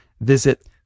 visit